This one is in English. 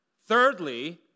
Thirdly